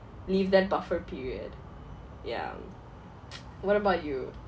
leave that buffer period yeah what about you